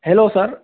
hello sir